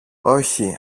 όχι